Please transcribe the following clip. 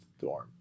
dorm